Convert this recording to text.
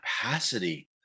capacity